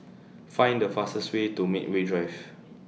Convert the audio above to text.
Find The fastest Way to Medway Drive